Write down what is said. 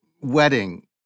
wedding